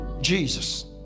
Jesus